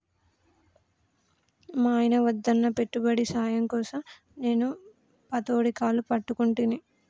మా నాయిన వద్దన్నా పెట్టుబడి సాయం కోసం నేను పతోడి కాళ్లు పట్టుకుంటిని